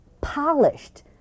polished